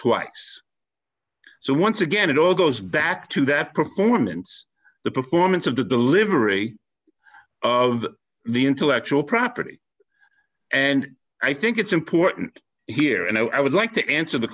x so once again it all goes back to that performance the performance of the delivery of the intellectual property and i think it's important here and i would like to answer the